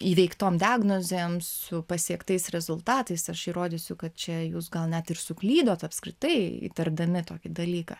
įveiktom diagnozėm su pasiektais rezultatais aš įrodysiu kad čia jūs gal net ir suklydot apskritai įtardami tokį dalyką